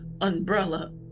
Umbrella